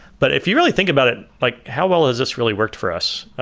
but if you really think about it, like how well has this really worked for us?